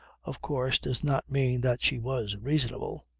of course, does not mean that she was reasonable.